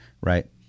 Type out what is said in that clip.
right